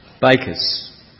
Bakers